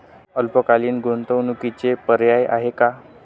अल्पकालीन गुंतवणूकीचे पर्याय आहेत का?